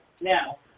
now